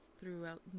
throughout